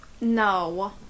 No